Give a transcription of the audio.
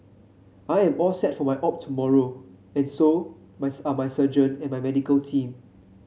I'm all set for my op tomorrow and so are my surgeon and medical team